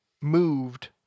moved